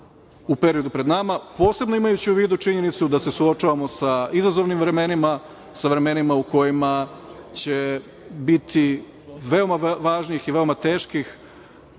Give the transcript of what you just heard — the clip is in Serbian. u periodu pred nama, posebno imajući u vidu činjenicu da se suočavamo sa izazovnim vremenima, sa vremenima u kojima će biti veoma važnih i veoma teških